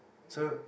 so